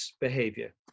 behavior